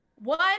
One